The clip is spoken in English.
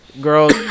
Girls